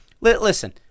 listen